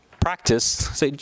practice